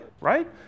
Right